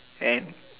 and